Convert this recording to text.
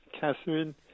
Catherine